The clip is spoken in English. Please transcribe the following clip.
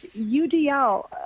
UDL